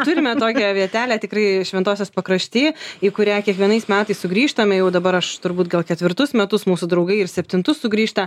turime tokią vietelę tikrai šventosios pakrašty į kurią kiekvienais metais sugrįžtame jau dabar aš turbūt gal ketvirtus metus mūsų draugai ir septintus sugrįžta